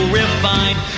refined